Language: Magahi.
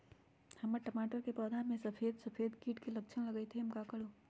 हमर टमाटर के पौधा में सफेद सफेद कीट के लक्षण लगई थई हम का करू?